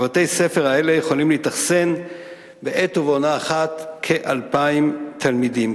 בבתי-ספר אלה יכולים להתאכסן בעת ובעונה אחת כ-2,000 תלמידים.